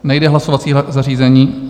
Nejde hlasovací zařízení?